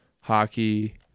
hockey